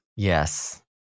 Yes